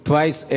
Twice